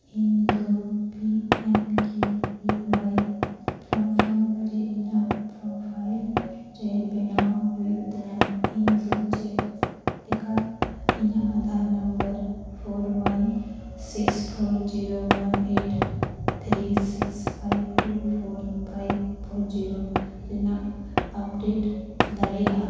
ᱤᱧᱫᱚ ᱨᱮ ᱤᱧᱟᱹᱜ ᱨᱮ ᱵᱮᱱᱟᱣ ᱦᱩᱭᱩᱜ ᱛᱤᱧᱟ ᱤᱧᱫᱚ ᱪᱮᱫ ᱞᱮᱠᱟ ᱤᱧᱟᱹᱜ four one six four zero one eight three six five two four five four zero ᱨᱮᱱᱟᱜ ᱫᱟᱲᱮᱭᱟᱜᱼᱟ